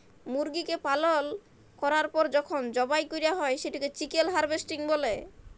মুরগিকে পালল ক্যরার পর যখল জবাই ক্যরা হ্যয় সেটকে চিকেল হার্ভেস্টিং ব্যলে